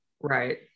Right